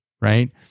right